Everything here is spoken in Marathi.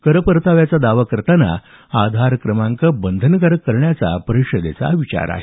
कर परताव्याचा दावा करताना आधार क्रमांक बंधनकारक करण्याचा परिषदेचा विचार आहे